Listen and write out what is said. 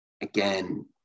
again